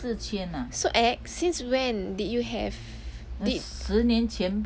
!huh! so ex since when did you have did